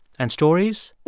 and stories.